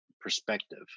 perspective